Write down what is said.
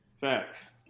facts